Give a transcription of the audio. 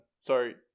sorry